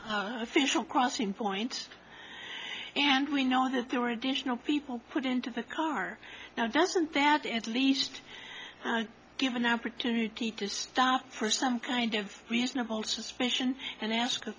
none official crossing points and we know that there were additional people put into the car now doesn't that at least give an opportunity to stop for some kind of reasonable suspicion and ask a